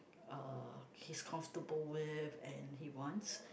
uh he's comfortable with and he wants